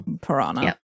piranha